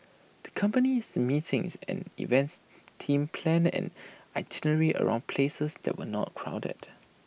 the company's meetings and events team planned an itinerary around places that were not crowded